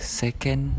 second